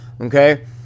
okay